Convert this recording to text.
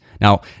Now